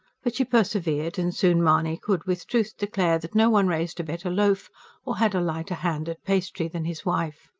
but she persevered and soon mahony could with truth declare that no one raised a better loaf or had a lighter hand at pastry than his wife.